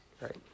right